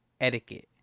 etiquette